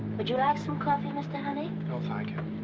would you like some coffee, mr. honey? no, thank you.